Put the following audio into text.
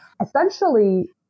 essentially